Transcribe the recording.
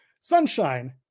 sunshine